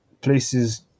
places